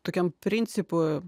tokiam principu